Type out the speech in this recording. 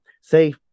say